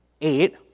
Eight